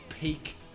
peak